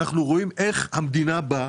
אנחנו רואים איך המדינה באה,